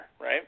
right